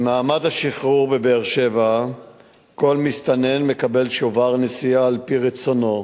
במעמד השחרור בבאר-שבע כל מסתנן מקבל שובר נסיעה על-פי רצונו,